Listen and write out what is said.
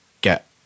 get